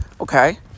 Okay